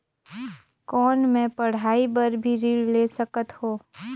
कौन मै पढ़ाई बर भी ऋण ले सकत हो?